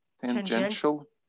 tangential